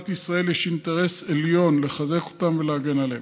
ולמדינת ישראל יש אינטרס עליון לחזק אותם ולהגן עליהם.